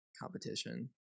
competition